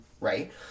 Right